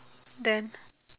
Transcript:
then